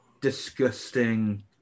disgusting